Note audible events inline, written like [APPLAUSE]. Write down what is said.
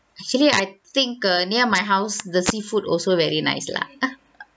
actually I think uh near my house the seafood also very nice lah [LAUGHS]